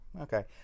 okay